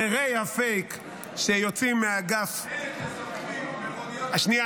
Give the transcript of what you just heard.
הררי הפייק שיוצאים מהאגף --- אלה --- מכוניות --- שנייה,